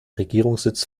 regierungssitz